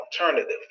alternative